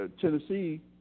Tennessee